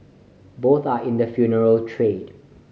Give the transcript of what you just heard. both are in the funeral trade